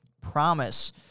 promise